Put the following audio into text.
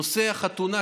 נושא החתונה,